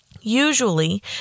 Usually